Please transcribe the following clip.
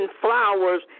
flowers